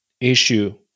issue